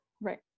right